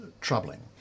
troubling